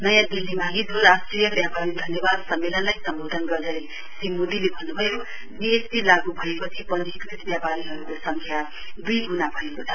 नयाँ दिल्लीमा हिजो राष्ट्रिय व्यापारी धन्यबाद सम्मेलनलाई सम्बोधन गर्दै श्री मोदीले भन्नुभयो जीएसटी लागू भएपछि पंजीकृत ब्यापारीहरूको संख्या दुई गुणा भएको छ